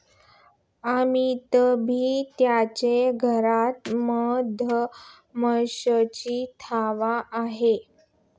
अमिताभ यांच्या घरात मधमाशांचा थवा आहे